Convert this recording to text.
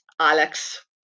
Alex